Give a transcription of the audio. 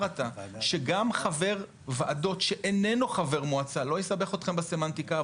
עתה שגם חבר וועדות שאיננו חבר מועצה לא יסבך אתכם בסמנטיקה,